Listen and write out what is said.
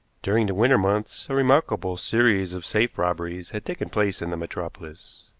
during the winter months a remarkable series of safe robberies had taken place in the metropolis.